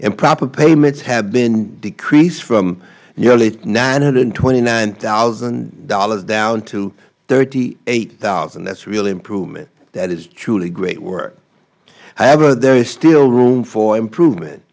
improper payments have been decreased from nearly nine hundred and twenty nine thousand dollars down to thirty eight thousand dollars that is real improvement that is truly great work however there is still room for improvement